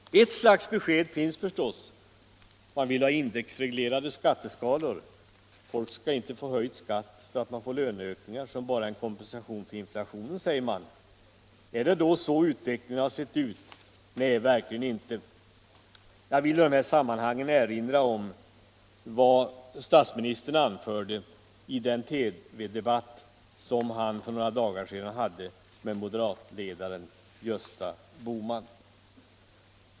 Ett slags besked finns förstås: man vill ha indexreglerade skatteskalor. Folk skall inte få höjd skatt för att man får löneökningar som bara är kompensation för inflationen, säger man. Är det då så utvecklingen har sett ut? Nej, verkligen inte! Jag vill i detta sammanhang erinra om vad statsministern anförde i den TV-debatt som han för några dagar sedan förde med moderatledaren Gösta Bohman.